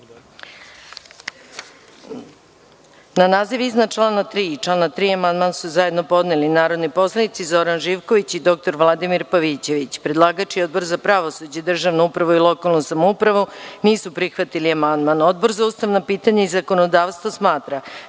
naziv iznad člana 3. i član 3. amandman su zajedno podneli narodni poslanici Zoran Živković i dr Vladimir Pavićević. Predlagač i Odbor za pravosuđe, državnu upravu i lokalnu samoupravu nisu prihvatili amandman. Odbor za ustavna pitanja i zakonodavstvo smatra